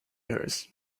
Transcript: hers